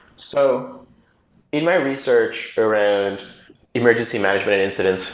so in my research around emergency management incident,